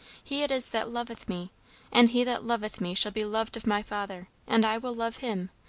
he it is that loveth me and he that loveth me shall be loved of my father and i will love him,